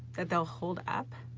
that they'll hold up